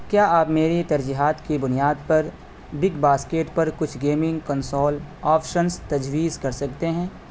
کیا آپ میری ترجیحات کی بنیاد پر بگ باسکیٹ پر کچھ گیمنگ کنسول آپشنس تجویز کر سکتے ہیں